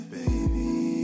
baby